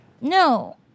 No